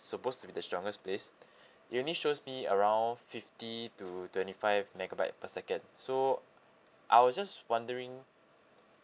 supposed to be the strongest place it only shows me around fifty to twenty five megabyte per second so I was just wondering